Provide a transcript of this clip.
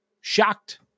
shocked